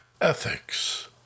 Ethics